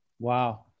Wow